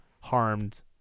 harmed